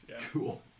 Cool